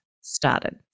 started